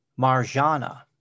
Marjana